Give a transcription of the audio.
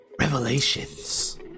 revelations